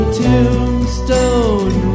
tombstone